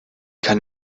kann